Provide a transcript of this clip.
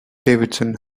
davidson